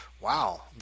wow